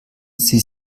sie